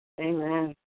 Amen